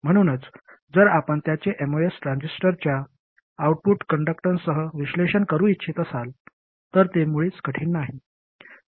म्हणूनच जर आपण त्याचे एमओएस ट्रान्झिस्टरच्या आउटपुट कंडक्टन्ससह विश्लेषण करू इच्छित असाल तर ते मुळीच कठीण नाही